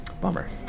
Bummer